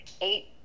eight